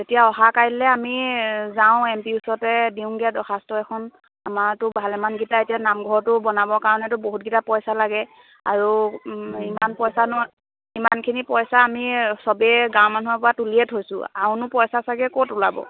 এতিয়া অহা কাইলৈ আমি যাওঁ এম পি ওচৰতে দিওঁগৈ দৰ্খাস্ত এখন আমাৰতো ভালেমানকেইটা এতিয়া নামঘৰটো বনাবৰ কাৰণেতো বহুতকেইটা পইচা লাগে আৰু ইমান পইচানো ইমানখিনি পইচা আমি চবেই গাঁৱৰ মানুহৰপৰা তুলিয়ে থৈছোঁ আৰুনো পইচা চাগে ক'ত ওলাব